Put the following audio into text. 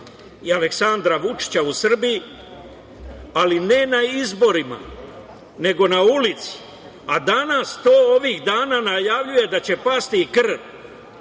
i Aleksandra Vučića, ali ne na izborima, nego na ulici, a danas to, ovih dana, najavljuje da će pasti i krv.